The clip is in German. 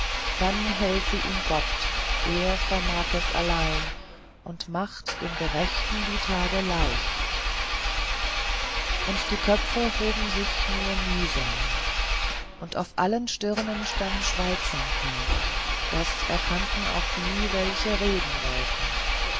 dann helfe ihm gott er vermag es allein und macht dem gerechten die tage leicht und die köpfe hoben sich nur mühsam und auf allen stirnen stand schweigsamkeit das erkannten auch die welche reden wollten